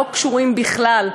לא קשורים בכלל,